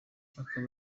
akaba